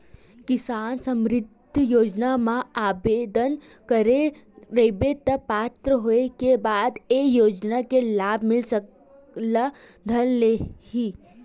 किसान समरिद्धि योजना म आबेदन करे रहिबे त पात्र होए के बाद ए योजना के लाभ मिले ल धर लिही